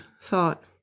thought